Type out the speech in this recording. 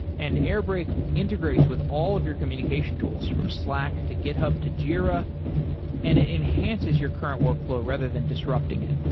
and airbrake integrates with all of your communication tools, from slack, to github, to jira and it enhances your current workflow rather than disrupting it.